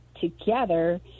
together